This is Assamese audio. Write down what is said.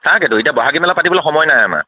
তাকেতো এতিয়া ব'হাগী মেলা পাতিবলৈ সময় নাই আমাৰ